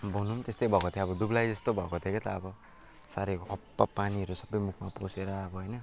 हुनु पनि त्यस्तै भएको थिएँ दुबलाई जस्तो भएको थिएँ के त अब साह्रै हप्प पानीहरू सबै मुखमा पसेर अब होइन